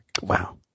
Wow